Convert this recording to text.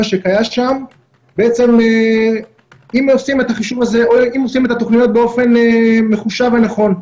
שקיים שם אם עושים את התוכנית באופן מחושב ונכון.